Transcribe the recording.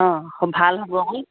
অঁ ভাল হ'ব আকৌ